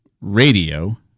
radio